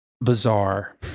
bizarre